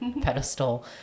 pedestal